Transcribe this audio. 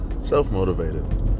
Self-motivated